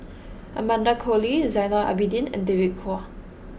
Amanda Koe Lee Zainal Abidin and David Kwo